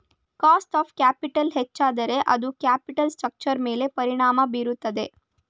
cost of capital ಹೆಚ್ಚಾದರೆ ಅದು capital ಸ್ಟ್ರಕ್ಚರ್ನ ಮೇಲೆ ಪರಿಣಾಮ ಬೀರುತ್ತದೆ